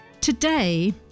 Today